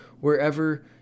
wherever